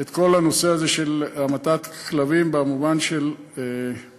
את כל הנושא הזה של המתת כלבים במובן של החוק,